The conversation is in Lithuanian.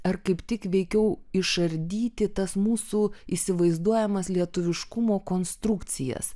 ar kaip tik veikiau išardyti tas mūsų įsivaizduojamas lietuviškumo konstrukcijas